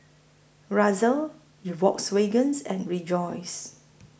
Razer Volkswagens and Rejoice